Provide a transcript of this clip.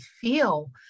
feel